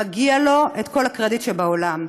מגיע לו כל הקרדיט שבעולם.